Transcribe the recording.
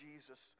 Jesus